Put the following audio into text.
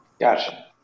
Gotcha